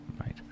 right